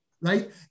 right